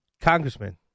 Congressman